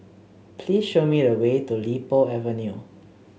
please show me the way to Li Po Avenue